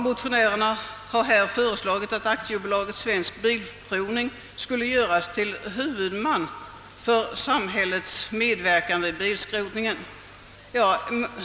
Motionärerna har föreslagit att AB Svensk bilprovning skulle göras till huvudman för samhällets medverkan i bilskrotningen.